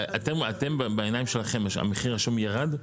בעיניים שלכם מחיר השום ירד?